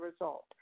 result